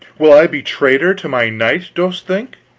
will i be traitor to my knight, dost think?